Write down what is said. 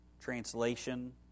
translation